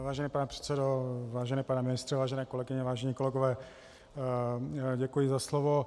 Vážený pane předsedo, vážený pane ministře, vážené kolegyně, vážení kolegové, děkuji za slovo.